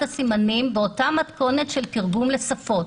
הסימנים באותה מתכונת של תרגום לשפות.